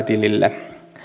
tilille